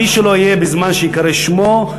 מי שלא יהיה בזמן שייקרא שמו,